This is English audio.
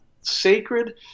sacred